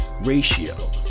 ratio